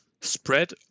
spread